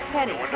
Penny